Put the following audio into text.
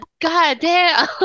goddamn